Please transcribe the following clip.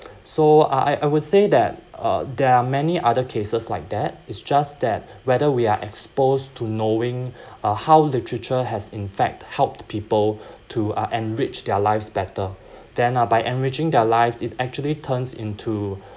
so uh I I would say that uh there are many other cases like that it's just that whether we are exposed to knowing uh how literature has in fact helped people to uh enrich their lives better then uh by enriching their life it actually turns into